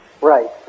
Right